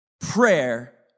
Prayer